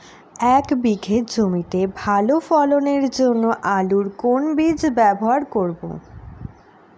এক বিঘে জমিতে ভালো ফলনের জন্য আলুর কোন বীজ ব্যবহার করব?